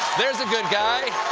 there's a good guy.